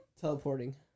teleporting